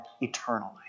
eternally